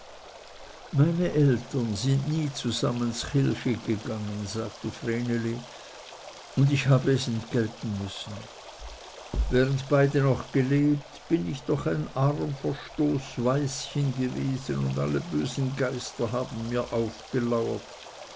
meine eltern sind nie zusammen z'kilche gegangen sagte vreneli und ich habe es entgelten müssen während beide noch gelebt bin ich doch ein arm verstoßen waischen gewesen und alle bösen geister haben mir aufgelauert